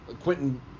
Quentin